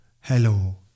hello